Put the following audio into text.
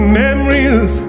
memories